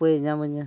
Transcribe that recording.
ᱩᱯᱟᱹᱭᱮ ᱧᱟᱢᱟᱹᱧᱟᱹ